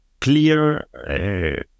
clear